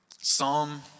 Psalm